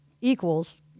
equals